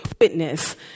witness